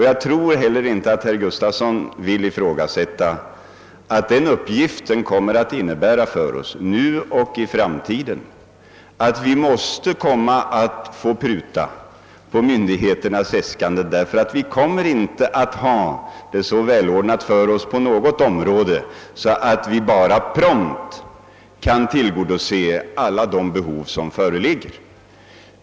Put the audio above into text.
Jag tror heller inte att herr Gustafson vill sätta i fråga att den uppgiften kommer att innebära för oss nu och i framtiden att vi måste pruta på myndigheternas äskanden, ty vi kommer inte att ha det så välordnat för oss på något område att vi prompt kan tillgodose alla de behov som föreligger.